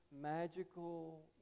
magical